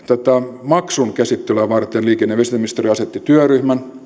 tätä maksun käsittelyä varten liikenne ja viestintäministeriö asetti työryhmän